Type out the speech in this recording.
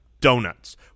donuts